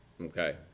Okay